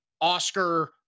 Oscar